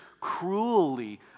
cruelly